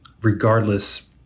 regardless